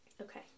Okay